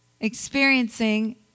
experiencing